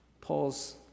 Paul's